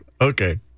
Okay